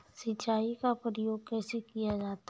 सिंचाई का प्रयोग कैसे किया जाता है?